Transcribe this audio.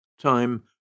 Time